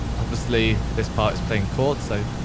obviously, this part is playing chords, so